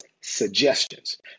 suggestions